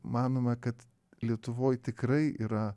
manoma kad lietuvoj tikrai yra